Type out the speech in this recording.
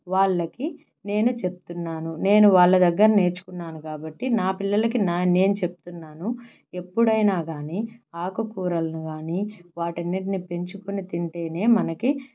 వాళ్ళకి నేను చెప్తున్నాను నేను వాళ్ళ దగ్గర నేర్చుకున్నాను కాబట్టి నా పిల్లలకి నా నేను చెప్తున్నాను ఎప్పుడైనా కాని ఆకుకూరలను కానీ వాటన్నిటిని పెంచుకుని తింటేనే మనకి